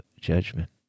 judgment